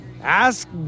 Ask